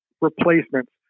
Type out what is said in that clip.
replacements